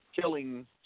killing